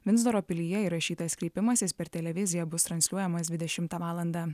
vinzoro pilyje įrašytas kreipimasis per televiziją bus transliuojamas dvidešimtą valandą